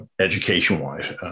education-wise